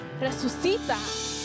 Resucita